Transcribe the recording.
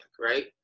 right